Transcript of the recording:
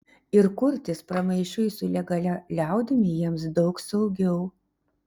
ir kurtis pramaišiui su legalia liaudimi jiems daug saugiau